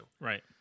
Right